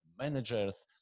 managers